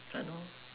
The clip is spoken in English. I know